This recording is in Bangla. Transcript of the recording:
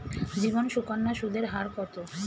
জীবন সুকন্যা সুদের হার কত?